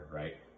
right